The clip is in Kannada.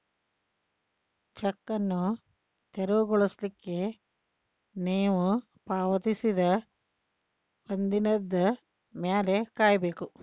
ಚೆಕ್ ಅನ್ನು ತೆರವುಗೊಳಿಸ್ಲಿಕ್ಕೆ ನೇವು ಪಾವತಿಸಿದ ಒಂದಿನದ್ ಮ್ಯಾಲೆ ಕಾಯಬೇಕು